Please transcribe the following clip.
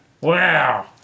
Wow